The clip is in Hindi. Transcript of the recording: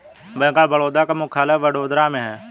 बैंक ऑफ बड़ौदा का मुख्यालय वडोदरा में है